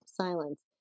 silence